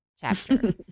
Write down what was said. chapter